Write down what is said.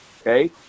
Okay